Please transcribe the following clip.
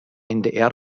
ndr